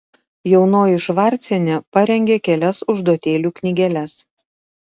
jaunoji švarcienė parengė kelias užduotėlių knygeles